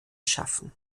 schaffen